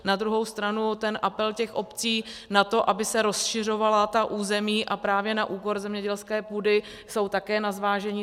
Na druhou stranu apel obcí na to, aby se rozšiřovala ta území a právě na úkor zemědělské půdy, je také na zvážení.